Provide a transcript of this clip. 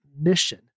mission